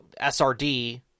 SRD